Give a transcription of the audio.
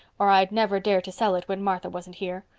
or i'd never dare to sell it when martha wasn't here.